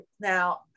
Now